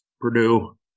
Purdue